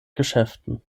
geschäften